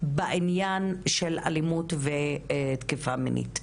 בעניין של אלימות ותקיפה מינית,